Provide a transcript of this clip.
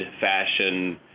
fashion